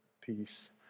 peace